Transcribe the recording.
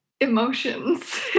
emotions